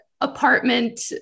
apartment